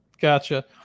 Gotcha